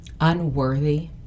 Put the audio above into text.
unworthy